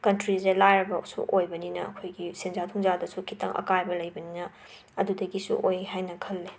ꯀꯟꯇ꯭ꯔꯤꯁꯦ ꯂꯥꯏꯔꯕꯁꯨ ꯑꯣꯏꯕꯅꯤꯅ ꯑꯩꯈꯣꯏꯒꯤ ꯁꯦꯟꯖꯥ ꯊꯨꯝꯖꯥꯗꯁꯨ ꯈꯤꯇꯪ ꯑꯀꯥꯏꯕ ꯂꯩꯕꯅꯤꯅ ꯑꯗꯨꯗꯒꯤꯁꯨ ꯑꯣꯏ ꯍꯥꯏꯅ ꯈꯜꯂꯦ